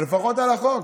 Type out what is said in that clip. אבל לפחות על החוק.